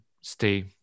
stay